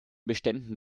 beständen